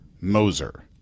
Moser